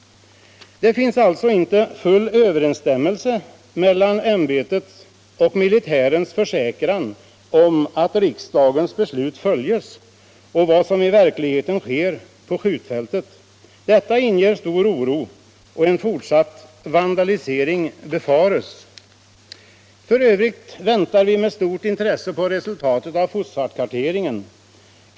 Det finns alltså inte full överensstämmelse mellan ämbetets och militärens försäkringar om att riksdagens beslut följes och vad som i verkligheten sker på skjutfältet. Detta inger stor oro, och en fortsatt vandalisering befaras. F. ö. väntar vi med stort intresse på resultatet av fosfatkarteringen.